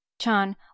Chan